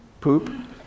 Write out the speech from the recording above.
poop